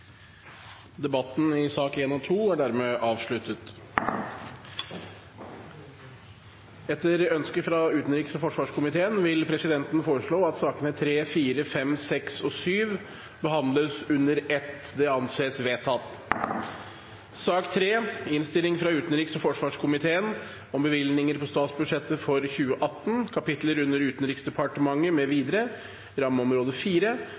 Etter ønske fra utenriks- og forsvarskomiteen vil presidenten foreslå at sakene nr. 3, 4, 5, 6 og 7 behandles under ett. – Det anses vedtatt. Etter ønske fra utenriks- og forsvarskomiteen